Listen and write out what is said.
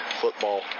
football